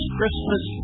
Christmas